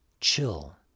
chill